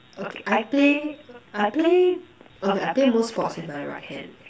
okay I play I play okay I play most sports with my right hand